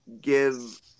give